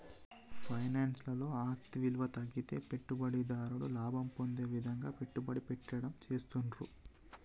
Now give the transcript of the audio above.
finance లలో ఆస్తి విలువ తగ్గితే పెట్టుబడిదారుడు లాభం పొందే విధంగా పెట్టుబడి పెట్టడం చేస్తాండ్రు